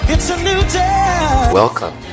Welcome